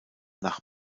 nach